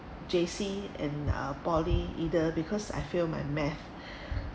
J_C and uh poly either because I fail my math